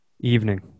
evening